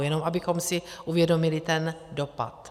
Jenom abychom si uvědomili ten dopad.